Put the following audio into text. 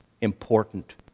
important